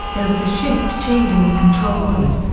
there was a shift change in the control room.